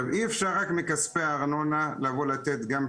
אי-אפשר רק מכספי הארנונה לבוא ולתת גם חינוך,